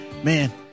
Man